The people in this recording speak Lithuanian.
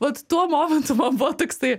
vat tuo momentu man buvo toksai